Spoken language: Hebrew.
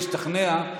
תשתכנע.